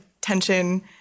tension